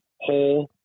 whole